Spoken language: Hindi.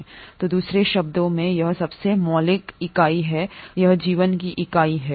"तो दूसरे शब्दों में यह सबसे मौलिक है इकाई और यह जीवन की इकाई है